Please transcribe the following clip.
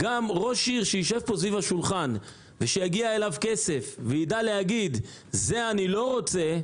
ראש עיר שיגיע אליו כסף ויידע להגיד: את זה אני לא רוצה,